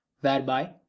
Whereby